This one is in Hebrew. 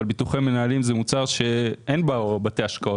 אבל ביטוחי מנהלים זה מוצר שאין בבתי השקעות.